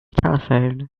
telephone